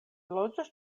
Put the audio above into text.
loĝos